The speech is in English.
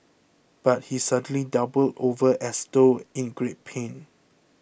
but he suddenly doubled over as though in great pain